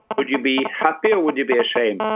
would you be happy or would you be ashamed?